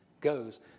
goes